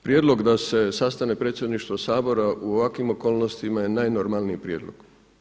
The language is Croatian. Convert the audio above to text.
Prijedlog da se sastane predsjedništvo Sabora u ovakvim okolnostima je najnormalniji prijedlog.